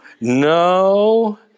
No